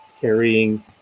carrying